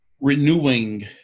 renewing